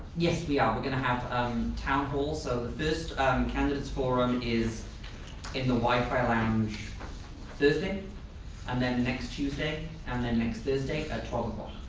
yes we are. we're going to have a um town hall so the first candidate's forum is in the wi-fi lounge thursday and then next tuesday and then next thursday at twelve um